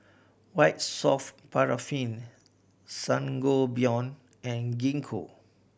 White Soft Paraffin Sangobion and Gingko